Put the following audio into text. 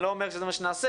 אני לא אומר שזה מה שנעשה,